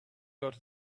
got